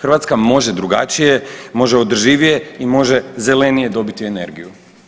Hrvatska može drugačije, može održivije i može zelenije dobiti energiju.